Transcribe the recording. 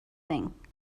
thing